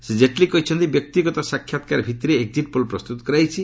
ଶ୍ରୀ ଜେଟ୍ଲୀ କହିଛନ୍ତି ବ୍ୟକ୍ତିଗତ ସାକ୍ଷାତ୍କାର ଭିଭିରେ ଏକ୍ଜିଟ୍ ପୋଲ୍ ପ୍ରସ୍ତତ କରାଯାଇଛି